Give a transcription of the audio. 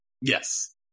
Yes